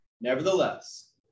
Nevertheless